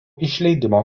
išleidimo